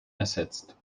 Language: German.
ersetzt